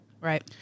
Right